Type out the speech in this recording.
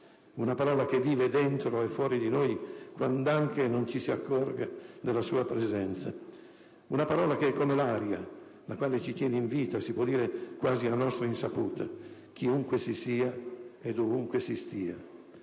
Una parola che vive dentro e fuori di noi, quand'anche non ci si accorga della sua presenza. Una parola che è come l'aria, la quale ci tiene in vita, si può dire, quasi a nostra insaputa, chiunque si sia e dovunque si stia.